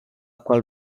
qual